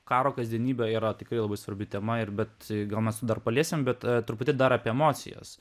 karo kasdienybė yra tikrai labai svarbi tema ir bet gal mes dar paliesime bet truputį dar apie emocijas